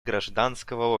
гражданского